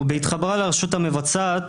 בהתחברה לרשות המבצעת,